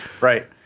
Right